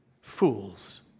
fools